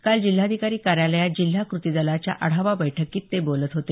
काल जिल्हाधिकारी कार्यालयात जिल्हा कृतीदलाच्या आढावा बैठकीत ते बोलत होते